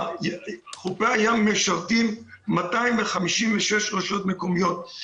חופי הים משרתים 256 רשויות מקומיות.